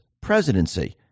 presidency